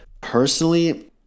personally